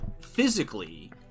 physically